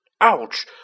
Ouch